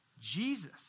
Jesus